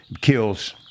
kills